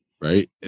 right